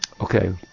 Okay